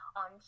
on